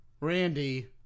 Randy